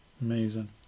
amazing